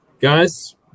guys